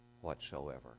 whatsoever